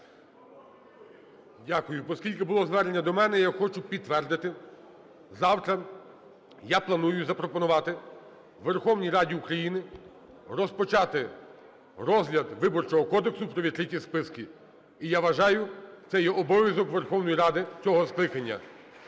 Дякую. Оскільки було звернення до мене, я хочу підтвердити, завтра я планую запропонувати Верховній Раді України розпочати розгляд Виборчого кодексу про відкриті списки. І я вважаю, це є обов'язок Верховної Ради цього скликання.